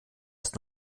ist